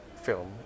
film